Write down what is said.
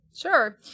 Sure